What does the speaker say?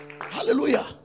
Hallelujah